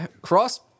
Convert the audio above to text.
cross